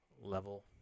level